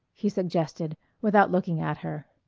he suggested, without looking at her.